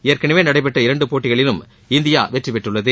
ஏற்கனவே நடைபெற்ற இரண்டு போட்டிகளிலும் இந்தியா வெற்றிபெற்றுள்ளது